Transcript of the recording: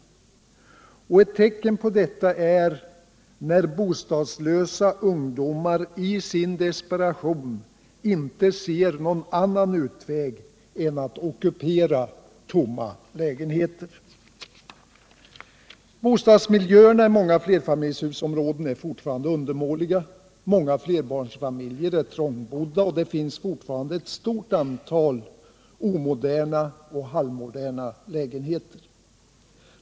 Det är ett tecken på detta när bostadslösa ungdomar i sin desperation inte ser någon annan utväg än att ockupera tomma lägenheter. Bostadsmiljöerna i många flerfamiljshusområden är fortfarande undermåliga. Många flerbarnsfamiljer är trångbodda, och det finns fortfarande ett stort antal omoderna och halvmoderna lägenheter.